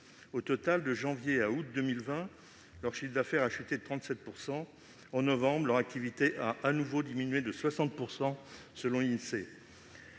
Au total, de janvier à août 2020, leur chiffre d'affaires a chuté de 37 %. En novembre, leur activité a de nouveau diminué de 60 %, selon l'Insee.